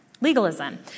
Legalism